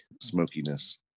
smokiness